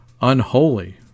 unholy